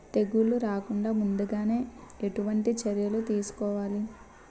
తెగుళ్ల రాకుండ ముందుగానే ఎటువంటి చర్యలు తీసుకోవాలి?